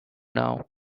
now